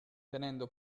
tenendo